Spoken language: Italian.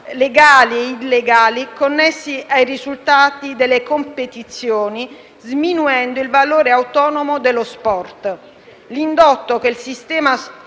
legali e illegali connessi ai risultati delle competizioni, sminuendo il valore autonomo dello sport.